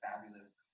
fabulous